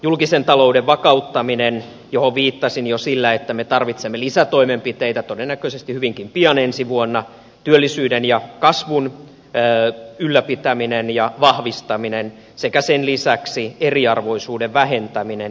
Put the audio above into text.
julkisen talouden vakauttaminen johon viittasin jo sillä että me tarvitsemme lisätoimenpiteitä todennäköisesti hyvinkin pian ensi vuonna työllisyyden ja kasvun ylläpitäminen ja vahvistaminen sekä sen lisäksi eriarvoisuuden vähentäminen